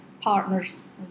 partners